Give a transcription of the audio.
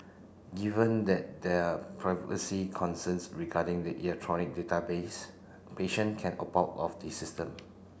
given that there are privacy concerns regarding the electronic database patient can about of the system